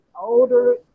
older